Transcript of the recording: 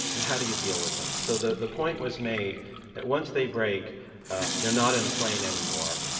and how do you deal with them. so the the point was made that once they break they're not in a plane anymore.